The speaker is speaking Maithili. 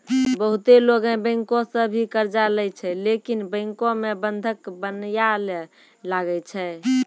बहुते लोगै बैंको सं भी कर्जा लेय छै लेकिन बैंको मे बंधक बनया ले लागै छै